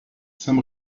saint